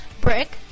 Brick